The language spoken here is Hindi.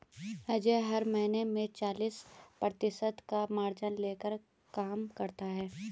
अजय हर महीने में चालीस प्रतिशत का मार्जिन लेकर काम करता है